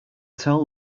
tell